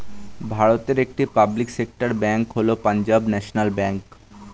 ভারতের একটি public sector bank হল পাঞ্জাব ন্যাশনাল ব্যাঙ্ক